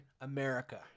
america